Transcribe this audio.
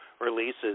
releases